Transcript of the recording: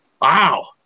wow